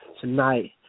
tonight